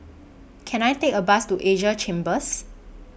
Can I Take A Bus to Asia Chambers